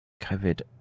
COVID